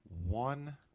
one